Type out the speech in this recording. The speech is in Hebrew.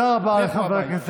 לכו הביתה.